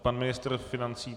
Pan ministr financí.